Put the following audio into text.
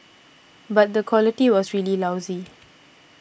but the quality was really lousy